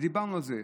דיברנו על זה.